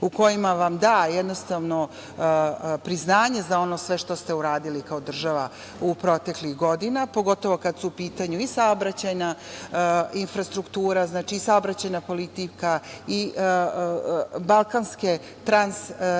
u kojima vam da priznanje za sve ono što ste uradili kao država u proteklih godina, pogotovo kada su u pitanju i saobraćajna infrastruktura i saobraćajna politika i balkanske trans